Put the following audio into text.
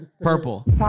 Purple